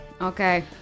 okay